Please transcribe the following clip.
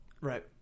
Right